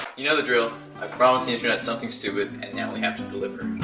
you know the drill i promise the internet something stupid and now we have to deliver